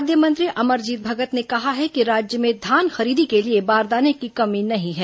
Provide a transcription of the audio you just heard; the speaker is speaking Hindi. खाद्य मंत्री अमरजीत भगत ने कहा है कि राज्य में धान खरीदी के लिए बारदाने की कमी नहीं है